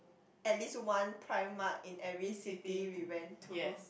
at least one primark in every city we went to